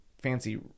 fancy